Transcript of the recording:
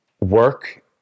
work